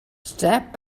step